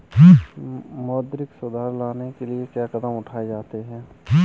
मौद्रिक सुधार लाने के लिए क्या कदम उठाए जाते हैं